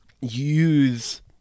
use